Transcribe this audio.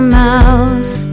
mouth